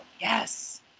Yes